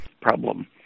problem